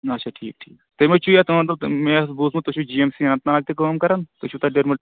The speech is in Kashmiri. اچھا ٹھیٖک ٹھیٖک تُہۍ ما چھُو یَتھ تُہُنٛد مےٚ بوٗزمُت تُہۍ چھُو G M C Anantnag تہِ کٲم کَران تُہۍ چھُو تَتھ ڈٕرمہ